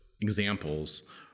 examples